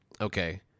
okay